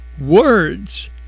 words